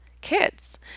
kids